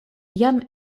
jam